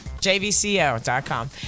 jvco.com